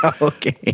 Okay